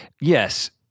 yes